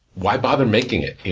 why bother making it?